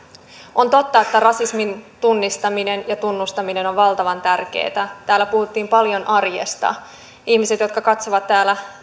on totta että rasismin tunnistaminen ja tunnustaminen on valtavan tärkeätä täällä puhuttiin paljon arjesta ihmiset jotka katsovat täällä